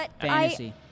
Fantasy